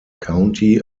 county